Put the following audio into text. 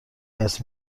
دست